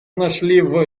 нашли